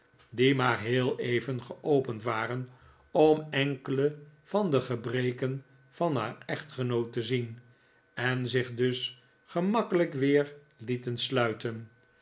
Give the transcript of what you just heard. maar heel even geopend waren om enkele van de gebreken van haar echtgenoot te zien en zich dus gemakkelijk weer lieten sluiten